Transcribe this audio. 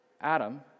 Adam